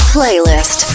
Playlist